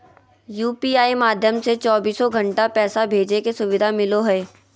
UPI माध्यम से चौबीसो घण्टा पैसा भेजे के सुविधा मिलो हय